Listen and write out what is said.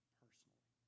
personally